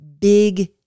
Big